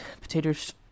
Potatoes